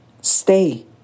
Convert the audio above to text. Stay